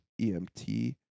EMT